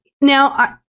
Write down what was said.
Now